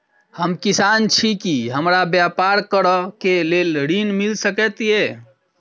हम किसान छी की हमरा ब्यपार करऽ केँ लेल ऋण मिल सकैत ये?